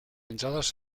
entradas